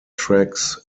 tracks